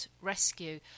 rescue